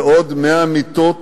ועוד 100 מיטות